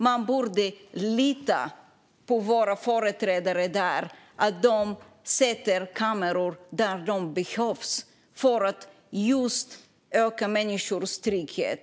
Man borde lita på våra företrädare där - att de sätter upp kameror där det behövs för att öka människors trygghet.